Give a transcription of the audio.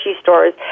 stores